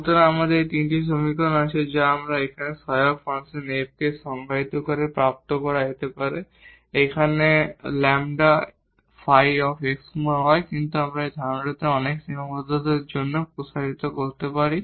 সুতরাং আমাদের এই তিনটি সমীকরণ আছে যা এখানে এই অক্সিলারি ফাংশন F কে সংজ্ঞায়িত করে প্রাপ্ত করা যেতে পারে এখানে λ ϕ x y কিন্তু আমরা এই ধারণাটি অনেক সীমাবদ্ধতার জন্যও প্রসারিত করতে পারি